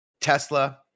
Tesla